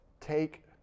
take